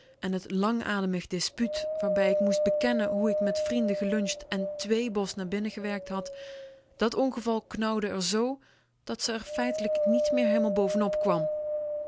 en t langademig dispuut waarbij ik moest bekennen hoe ik met vrienden geluncht en twéé bos naar binnen gewerkt had dat ongeval knauwde r zoo dat ze r feitelijk niet meer heelemaal boven op kwam